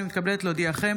אני מתכבדת להודיעכם,